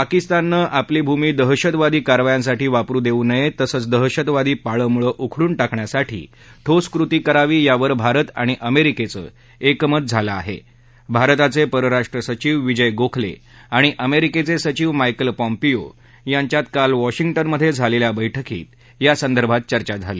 पाकिस्ताननं आपली भूमी दहशतवादी कारवायांसाठी वापरू दक्त नय त्तसंच दहशतवादी पाळमुळं उखडून टाकण्यासाठी ठोस कृती करावी यावर भारत आणि अमरिक्तिचे एकमत झालं आह आरताच पिरराष्ट्र सचिव विजय गोखल िजणि अमरिक्तिच सिचिव मायक्ति पॉम्पिओ यांच्यात काल वॉशिंग्टनमध्य झिालव्खि बैठकीत या संदर्भात चर्चा झाली